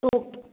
okay